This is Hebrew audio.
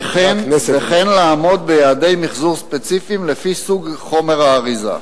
וכן לעמוד ביעדי מיחזור ספציפיים לפי סוגי חומר האריזה.